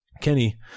Kenny